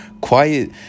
Quiet